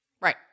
Right